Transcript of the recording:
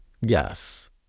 yes